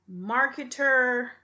marketer